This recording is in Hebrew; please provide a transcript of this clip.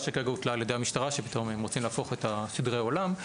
שכרגע הוטלה על ידי המשטרה שפתאום הם רוצים להפוך את סדרי העולם.